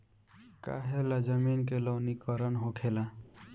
काहें ला जमीन के लवणीकरण होखेला